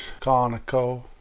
Conoco